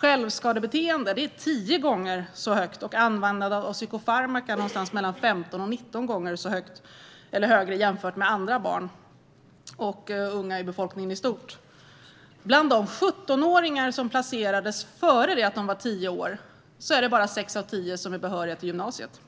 Självskadebeteende är tio gånger vanligare, och användandet av psykofarmaka är mellan 15 och 19 gånger högre än för andra barn och unga i befolkningen i stort. Bland de 17-åringar som placerades innan de var tio år är det bara sex av tio som är behöriga till gymnasiet.